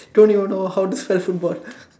don't even know how to play football